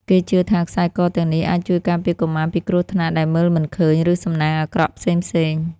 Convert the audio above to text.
គេជឿថាខ្សែកទាំងនេះអាចជួយការពារកុមារពីគ្រោះថ្នាក់ដែលមើលមិនឃើញ ឬសំណាងអាក្រក់ផ្សេងៗ។